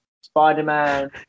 Spider-Man